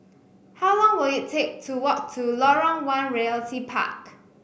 how long will it take to walk to Lorong One Realty Park